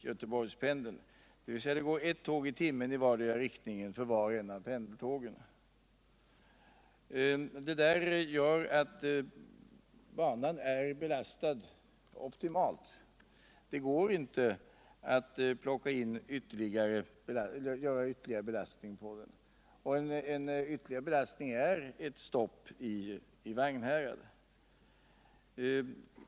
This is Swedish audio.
Göteborgspendeln, dvs. det går ett tåg i timmen i vardera riktningen för vart och ett av dessa pendeltåg. Detta gör att banan redan är optimalt belastad, varför det inte går att belasta den mera. Ytterligare en belastning är ett stopp i Vagnhärad.